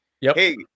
hey